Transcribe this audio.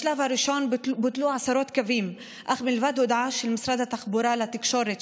בשלב הראשון בוטלו עשרות קווים אך מלבד הודעה של משרד התחבורה לתקשורת,